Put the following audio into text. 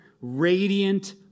radiant